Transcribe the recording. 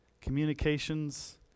communications